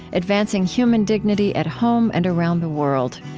advancing human dignity at home and around the world.